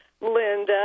Linda